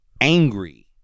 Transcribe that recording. angry